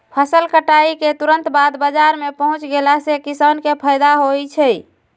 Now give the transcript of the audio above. फसल कटाई के तुरत बाद बाजार में पहुच गेला से किसान के फायदा होई छई